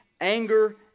anger